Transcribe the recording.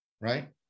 Right